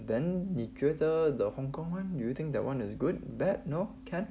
then 你觉得 the hong kong [one] do you think that [one] is good bad no can